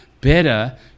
better